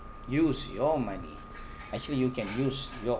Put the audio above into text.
use your money actually you can use your